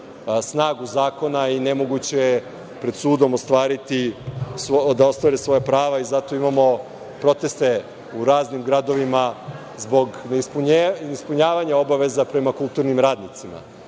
snagu zakona i nemoguće je pred sudom da ostvare svoja prava. Zato imamo proteste u raznim gradovima zbog neispunjavanja obaveza prema kulturnim radnicima. Ovaj